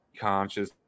conscious